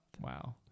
Wow